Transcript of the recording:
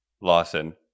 Lawson